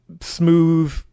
smooth